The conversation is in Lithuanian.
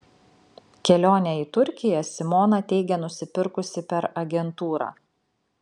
kelionę į turkiją simona teigia nusipirkusi per agentūrą